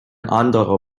anderer